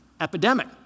epidemic